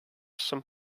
some